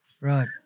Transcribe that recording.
Right